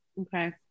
Okay